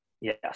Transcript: Yes